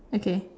okay